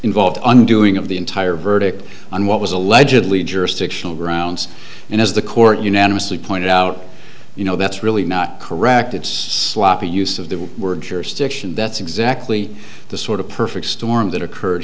involved undoing of the entire verdict on what was allegedly jurisdictional grounds and as the court unanimously pointed out you know that's really not correct it's sloppy use of the word jurisdiction that's exactly the sort of perfect storm that occurred